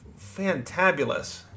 fantabulous